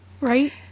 right